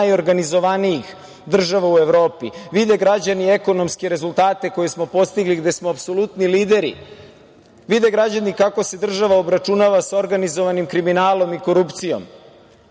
najorganizovanijih država u Evropi. Vide građani ekonomske rezultate koje smo postigli gde smo apsolutni lideri. Vide građani kako se država obračunava sa organizovanim kriminalom i korupcijom. Imam